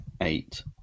eight